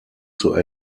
zur